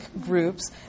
groups